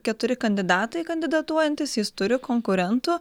keturi kandidatai kandidatuojantys jis turi konkurentų